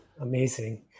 Amazing